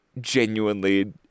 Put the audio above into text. genuinely